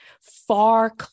far